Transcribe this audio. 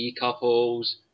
couples